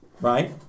Right